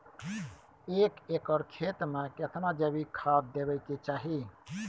एक एकर खेत मे केतना जैविक खाद देबै के चाही?